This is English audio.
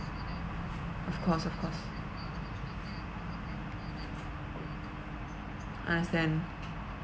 of course of course understand